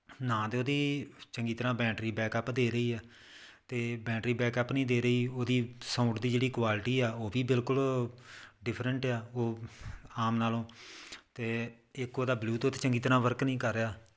ਨਾ ਤਾਂ ਉਹਦੀ ਚੰਗੀ ਤਰ੍ਹਾਂ ਬੈਂਟਰੀ ਬੈਕਅੱਪ ਦੇ ਰਹੀ ਆ ਅਤੇ ਬੈਟਰੀ ਬੈਕਅੱਪ ਨਹੀਂ ਦੇ ਰਹੀ ਉਹਦੀ ਸਾਊਂਡ ਦੀ ਜਿਹੜੀ ਕੁਆਲਿਟੀ ਆ ਉਹ ਵੀ ਬਿਲਕੁਲ ਡਿਫਰੈਂਟ ਆ ਉਹ ਆਮ ਨਾਲ਼ੋਂ ਅਤੇ ਇੱਕ ਉਹਦਾ ਬਲੂਟੁੱਥ ਚੰਗੀ ਤਰ੍ਹਾਂ ਵਰਕ ਨਹੀਂ ਕਰ ਰਿਹਾ